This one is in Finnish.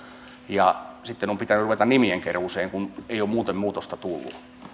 ja sitten on pitänyt ruveta nimien keruuseen kun ei ole muuten muutosta tullut